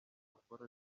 akora